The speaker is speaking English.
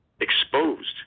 exposed